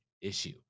issue